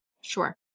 Sure